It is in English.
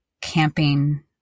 camping